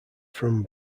from